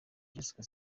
jessica